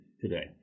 today